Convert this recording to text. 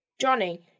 Johnny